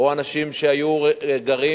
או אנשים שהיו גרים